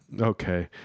okay